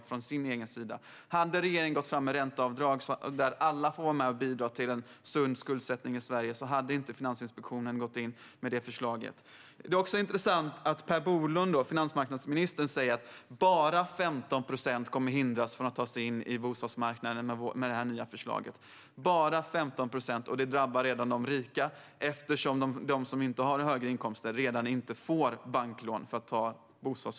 Om regeringen hade gått fram med ett förslag om ränteavdragen, där alla får vara med och bidra till en sund skuldsättning i Sverige, hade Finansinspektionen inte lagt fram detta förslag. Det är också intressant att Per Bolund, finansmarknadsministern, säger att bara 15 procent kommer att hindras från att ta sig in på bostadsmarknaden på grund av det nya förslaget. Det drabbar de rika, eftersom de som inte har höga inkomster redan nu inte får banklån för att köpa en bostad.